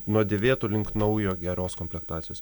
nuo dėvėto link naujo geros komplektacijos